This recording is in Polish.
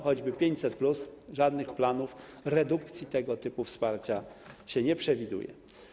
Choćby w zakresie 500+ żadnych planów redukcji tego typu wsparcia się nie przewiduje.